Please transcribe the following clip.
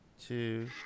two